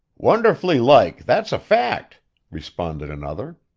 wonderfully like, that's a fact responded another.